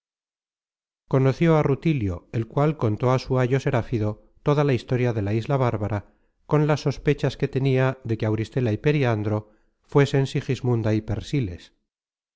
conoció á rutilio el cual contó á su ayo serafido toda la historia de la isla bárbara con las sospechas que tenia de que auristela y periandro fuesen sigismunda y persiles